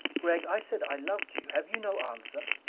gregg, i said i loved you. have you no answer?